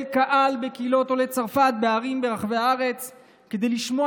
קהל בקהילות עולי צרפת בערים ברחבי הארץ כדי לשמוע